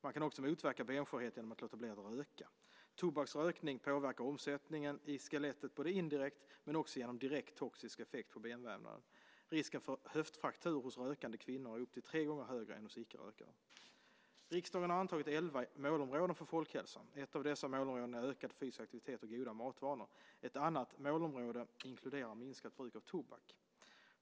Man kan också motverka benskörhet genom att låta bli att röka. Tobaksrökning påverkar omsättningen i skelettet indirekt men också genom direkt toxisk effekt på benvävnaden. Risken för höftfraktur hos rökande kvinnor är upp till tre gånger större än hos icke rökare. Riksdagen har antagit elva olika målområden för folkhälsan. Ett av dessa målområden är ökad fysisk aktivitet och goda matvanor. Ett annat målområde inkluderar minskat bruk av tobak.